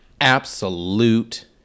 absolute